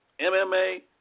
MMA